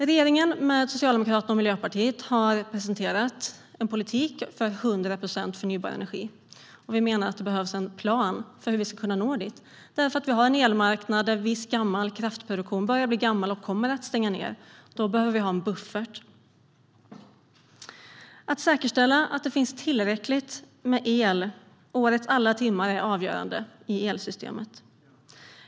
Regeringen med Socialdemokraterna och Miljöpartiet har presenterat en politik för 100 procent förnybar energi. Vi menar att det behövs en plan för hur vi ska kunna nå dit. På elmarknaden börjar en viss kraftproduktion att bli gammal och kommer att stängas ned. Då behöver vi ha en buffert. Att säkerställa att det finns tillräckligt med el årets alla timmar är avgörande i elsystemet.